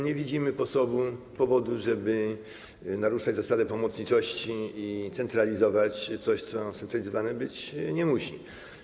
Nie widzimy powodu, żeby naruszać zasadę pomocniczości i centralizować coś, co scentralizowane być nie musi.